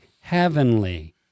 heavenly